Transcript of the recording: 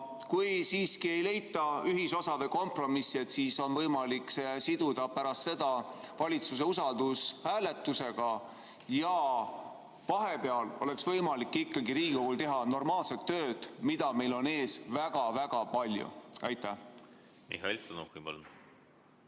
kui siiski ei leita ühisosa ja kompromissi, siis on võimalik see siduda pärast seda valitsuse usaldushääletusega. Vahepeal oleks Riigikogul võimalik ikkagi teha normaalselt tööd, mida meil on ees väga-väga palju. Jaa,